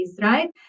right